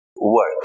work